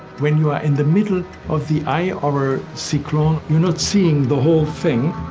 when you're in the middle of the eye of a cyclone, you're not seeing the whole thing.